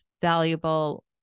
valuable